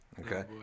Okay